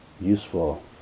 useful